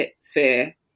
sphere